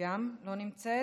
גם לא נמצאת,